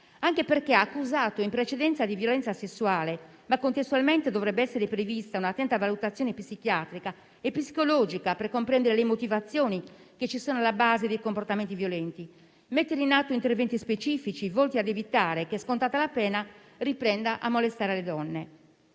anche perché era stato accusato anche in precedenza di violenza sessuale, ma contestualmente dovrebbe essere prevista un'attenta valutazione psichiatrica e psicologica per comprendere le motivazioni alla base dei comportamenti violenti e sarebbe necessario mettere in atto interventi specifici volti ad evitare che, scontata la pena, riprenda a molestare le donne.